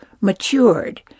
matured